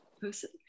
person